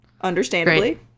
Understandably